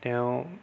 তেওঁ